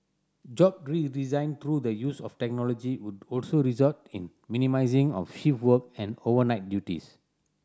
job redesign through the use of technology would also result in minimising of shift work and overnight duties